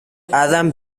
adam